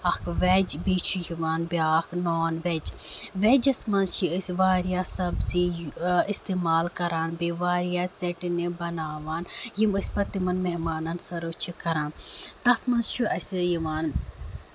اکھ ویج بیٚیہِ چھُ یِوان بیاکھ نان ویج ویجَس منٛز چھِ أسۍ واریاہ سَبزی اِستعمال کران بیٚیہِ واریاہ ژیٹنہِ بَناوان یِم أسۍ پَتہٕ تِمن میٚہمانن سٔرو چھِ کران تَتھ منٛز چھُ اَسہِ یِوان